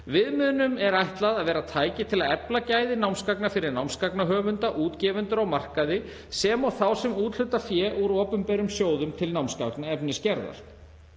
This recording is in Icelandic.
Viðmiðunum er ætlað að vera tæki til að efla gæði námsgagna fyrir námsgagnahöfunda, útgefendur á markaði sem og þá sem úthluta fé úr opinberum sjóðum til námsefnisgerðar.